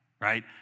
right